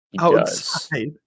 outside